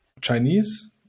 Chinese